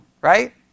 Right